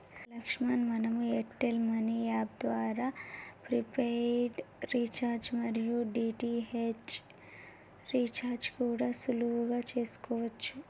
లక్ష్మణ్ మనం Airtel money app ద్వారా prepaid recharge మరియు డి.టి.హెచ్ రీఛార్జి కూడా సులువుగా చేసుకోవచ్చు